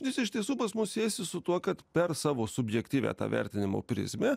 nes iš tiesų pas mus siejasi su tuo kad per savo subjektyvią vertinimo prizmę